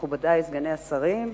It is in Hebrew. מכובדי סגני השרים,